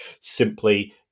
simply